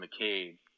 McCabe